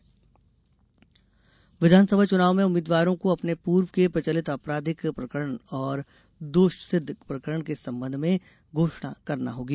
प्रकरण उम्मीदवार विधानसभा चुनाव में उम्मीदवारों को अपने पूर्व के प्रचलित अपराधिक प्रकरण और दोषसिदध प्रकरण के संबंध में घोषणा करना होगी